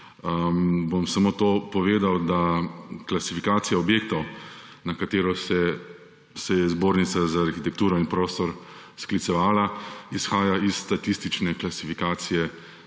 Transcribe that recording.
bom samo to povedal, da klasifikacija objektov, na katero se je Zbornica za arhitekturo in prostor sklicevala, izhaja iz statistične klasifikacije